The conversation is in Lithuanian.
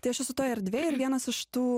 tai aš esu toj erdvėj ir vienas iš tų